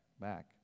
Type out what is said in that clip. back